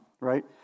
Right